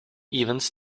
events